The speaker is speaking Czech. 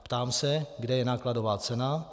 Ptám se, kde je nákladová cena.